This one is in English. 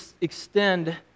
extend